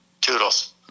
Toodles